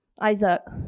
Isaac